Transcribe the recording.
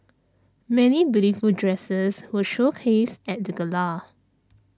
many beautiful dresses were showcased at the gala